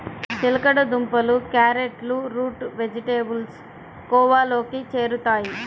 చిలకడ దుంపలు, క్యారెట్లు రూట్ వెజిటేబుల్స్ కోవలోకి చేరుతాయి